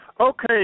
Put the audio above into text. Okay